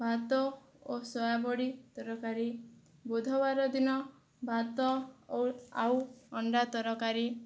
ଭାତ ଓ ସୋୟାବଡ଼ି ତରକାରୀ ବୁଧବାର ଦିନ ଭାତ ଓ ଆଉ ଅଣ୍ଡା ତରକାରୀ